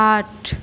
आठ